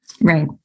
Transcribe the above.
Right